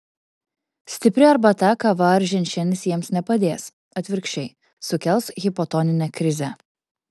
stipri arbata kava ar ženšenis jiems nepadės atvirkščiai sukels hipotoninę krizę